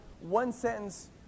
one-sentence